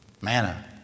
manna